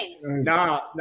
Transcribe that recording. no